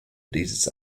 dieses